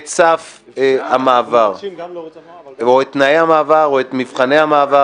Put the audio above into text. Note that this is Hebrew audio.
סף המעבר או את תנאי המעבר או את מבחני המעבר.